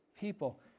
people